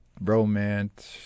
romance